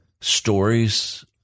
stories